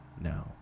now